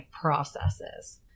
processes